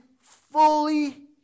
fully